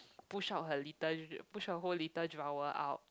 push out her little push out whole little drawer out